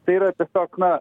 tai yra tiesiog na